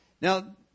Now